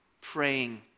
Praying